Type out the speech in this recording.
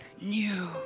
new